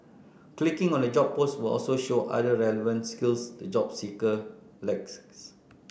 clicking on a job post will also show other relevant skills the job seeker lacks